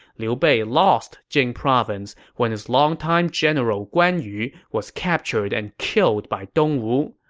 liu bei lost jing province when his longtime general guan yu was captured and killed by dongwu.